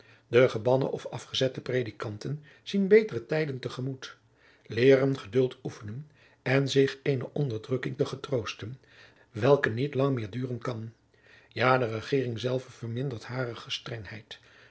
de gebannen of afgezette predikanten zien betere tijden jacob van lennep de pleegzoon te gemoet leeren geduld oefenen en zich eene onderdrukking te getroosten welke niet lang meer duren kan ja de regeering zelve vermindert hare